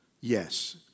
Yes